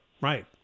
Right